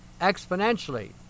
exponentially